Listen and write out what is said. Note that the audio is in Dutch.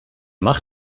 mag